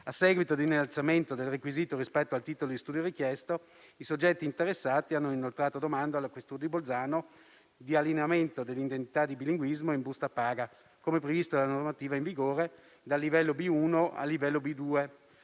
a seguito dell'innalzamento del requisito rispetto al titolo di studio richiesto, i soggetti interessati hanno inoltrato domanda alla Questura di Bolzano di allineamento dell'indennità di bilinguismo in busta paga, come previsto dalla normativa in vigore, dal livello "B1" al livello "B2",